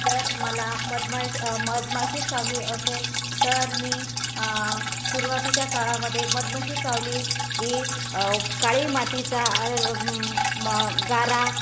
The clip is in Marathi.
जर मला मधमश् मधमाशी चावली असेल तर मी सुरवातीच्या काळामध्ये मधमाशी चावली की काळी मातीचा अररव मा गारा